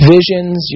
Visions